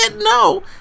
no